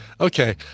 Okay